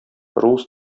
рус